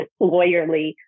lawyerly